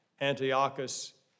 Antiochus